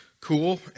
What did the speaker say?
cool